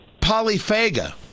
polyphaga